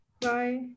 Bye